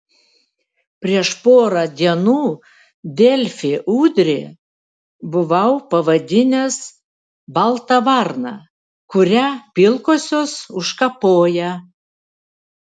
prieš porą dienų delfi udrį buvau pavadinęs balta varna kurią pilkosios užkapoja